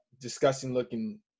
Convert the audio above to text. disgusting-looking